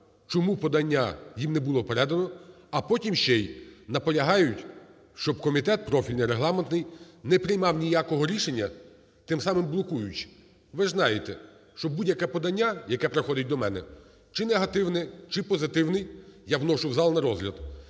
чому подання їм не було передано, а потім ще й наполягають, щоб комітет профільний, регламентний, не приймав ніякого рішення, тим самим блокуючи. Ви ж знаєте, що будь-яке подання, яке приходить до мене, чи негативне, чи позитивне, я вношу в зал на розгляд.